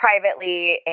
privately